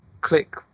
click